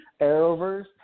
Arrowverse